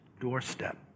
doorstep